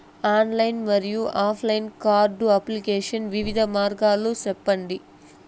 Online మరియు offline card application వివిధ మార్గాలు సెప్పండి?